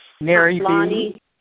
Mary